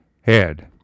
head